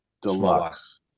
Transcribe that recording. deluxe